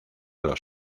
los